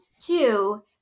Two